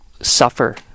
suffer